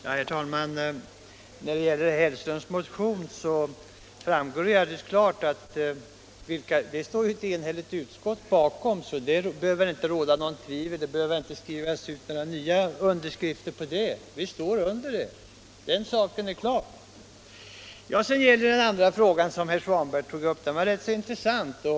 Herr talman! När det gäller herr Hellströms motion står ett enhälligt utskott bakom utskottets skrivning. Det behöver alltså inte råda något tvivel om utskottets uppfattning och det behövs inte några nya underskrifter för att klargöra detta. Vi står bakom skrivningen. Den andra fråga som herr Svanberg tog upp var rätt intressant.